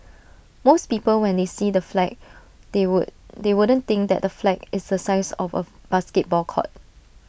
most people when they see the flag they would they wouldn't think that the flag is the size of A basketball court